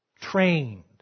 trained